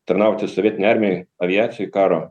tarnauti sovietinėj armijoj aviacijoj karo